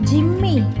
Jimmy